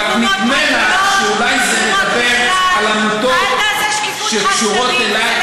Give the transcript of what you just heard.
רק נדמה לך שאולי זה מדבר על עמותות שקשורות אלייך,